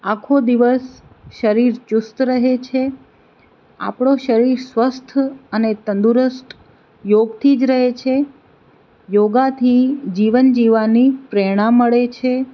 આખો દિવસ શરીર ચુસ્ત રહે છે આપણો શરીર સ્વસ્થ અને તંદુરસ્ત યોગથી જ રહે છે યોગાથી જીવન જીવવાની પ્રેરણા મળે છે